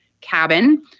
cabin